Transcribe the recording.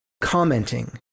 commenting